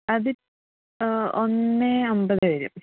അത് ഒന്ന് അമ്പത് വരും